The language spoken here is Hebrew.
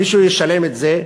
מישהו ישלם את זה.